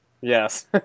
Yes